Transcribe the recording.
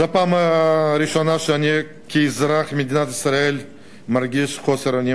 זו הפעם הראשונה שאני כאזרח מדינת ישראל מרגיש חוסר אונים,